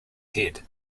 head